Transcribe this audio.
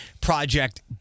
project